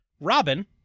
Robin